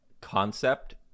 concept